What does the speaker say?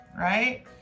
right